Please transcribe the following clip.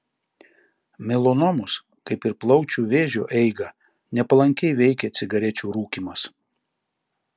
melanomos kaip ir plaučių vėžio eigą nepalankiai veikia cigarečių rūkymas